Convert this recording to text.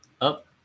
up